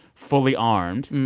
fully armed,